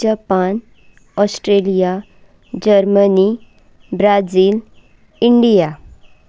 Japan Australia Germany Brazil India